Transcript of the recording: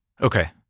okay